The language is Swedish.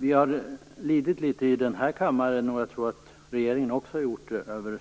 Vi har lidit litet här i kammaren, och jag tror att regeringen också har gjort det, av